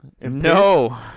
No